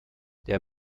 der